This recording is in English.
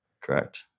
Correct